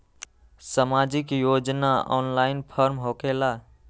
समाजिक योजना offline form होकेला?